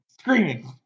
screaming